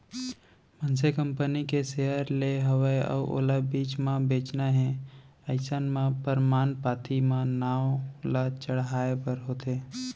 मनसे कंपनी के सेयर ले हवय अउ ओला बीच म बेंचना हे अइसन म परमान पाती म नांव ल चढ़हाय बर होथे